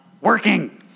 working